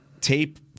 tape